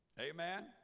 Amen